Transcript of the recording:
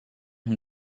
him